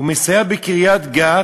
הוא מסייר בקריית-גת,